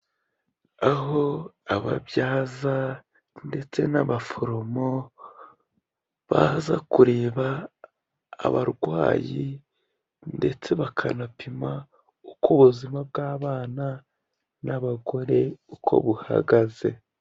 Aho ababyaza ndetse n'abaforomo baza kureba abarwayi ndetse bakanapima uko ubuzima bw'abana n'abagore, uko buhagaze.